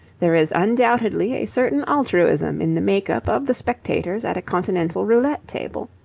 there is undoubtedly a certain altruism in the make-up of the spectators at a continental roulette-table.